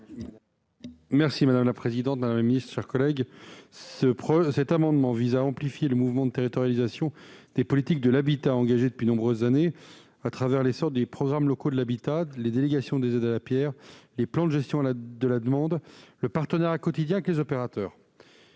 est ainsi libellé : La parole est à M. Loïc Hervé. Cet amendement vise à amplifier le mouvement de territorialisation des politiques de l'habitat engagé depuis de nombreuses années avec l'essor des programmes locaux de l'habitat, les délégations des aides à la pierre, les plans de gestion de la demande et le partenariat quotidien avec les opérateurs.